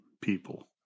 people